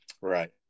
Right